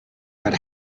but